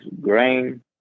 grain